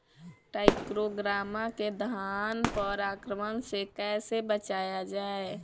टाइक्रोग्रामा के धान पर आक्रमण से कैसे बचाया जाए?